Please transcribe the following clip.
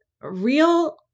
real